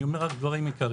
אני אומר רק דברים עיקריים.